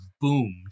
boomed